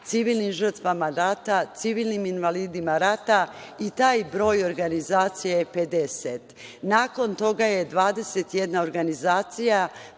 civilnim žrtvama rata, civilnim invalidima rata i taj broj organizacija je 50%. Nakon toga je 21 organizacija